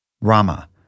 Rama